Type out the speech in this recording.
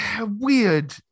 weird